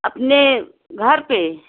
अपने घर पर